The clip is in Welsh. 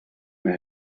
mae